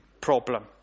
problem